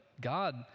God